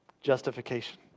Justification